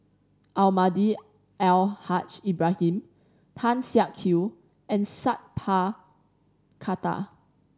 Almahdi Al Haj Ibrahim Tan Siak Kew and Sat Pal Khattar